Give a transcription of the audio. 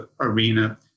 arena